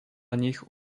nich